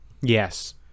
yes